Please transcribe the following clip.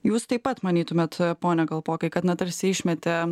jūs taip pat manytumėt pone kalpokai kad na tarsi išmetė